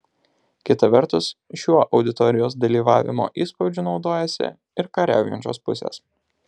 kita vertus šiuo auditorijos dalyvavimo įspūdžiu naudojasi ir kariaujančios pusės